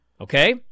Okay